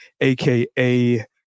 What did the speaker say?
aka